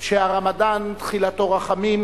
שהרמדאן תחילתו רחמים,